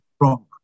wrong